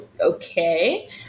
okay